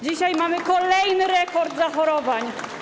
Dzisiaj mamy kolejny rekord zachorowań.